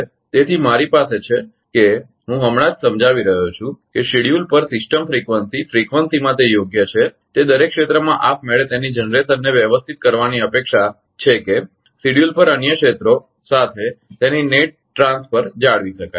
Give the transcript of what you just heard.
તેથી મારી પાસે છે કે હું હમણાં જ સમજાવી રહ્યો છું કે શેડ્યૂલ પર સિસ્ટમ ફ્રીકવંસી ફ્રીકવંસીમાં તે યોગ્ય છે તે દરેક ક્ષેત્રમાં આપમેળે તેની જનરેશનને વ્યવસ્થિત કરવાની અપેક્ષા છે કે શેડ્યૂલ પર અન્ય ક્ષેત્રો સાથે તેની નેટ ટ્રાન્સફર જાળવી શકાય